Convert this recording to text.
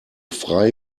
frei